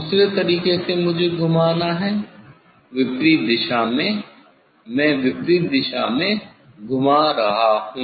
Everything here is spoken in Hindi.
दूसरे तरीके से मुझे घुमाना है विपरीत दिशा में मैं विपरीत दिशा में घुमा रहा हूं